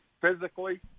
physically